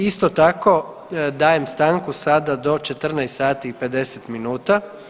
Isto tako dajem stanku sada do 14 sati i 50 minuta.